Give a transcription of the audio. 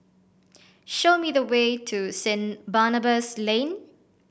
show me the way to Saint Barnabas Lane